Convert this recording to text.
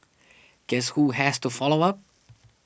guess who has to follow up